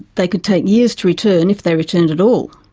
they could take years to return, if they returned at all.